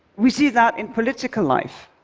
we see that in political life.